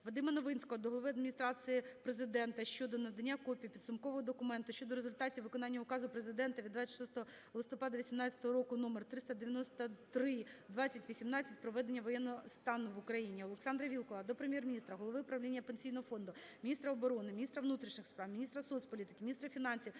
Вадима Новинського до Глави Адміністрації Президента щодо надання копії підсумкового документа щодо результатів виконання Указу Президента від 26 листопада 18-го року № 393/2018 "Про введення воєнного стану в Україні". Олександра Вілкула до Прем'єр-міністра, голови правління Пенсійного фонду, міністра оборони, міністра внутрішніх справ, міністра соцполітики, міністра фінансів